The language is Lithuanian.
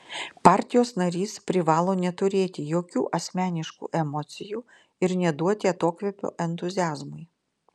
partijos narys privalo neturėti jokių asmeniškų emocijų ir neduoti atokvėpio entuziazmui